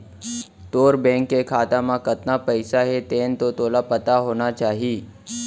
तोर बेंक के खाता म कतना पइसा हे तेन तो तोला पता होना चाही?